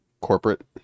corporate